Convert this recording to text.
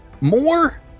more